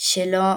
שלא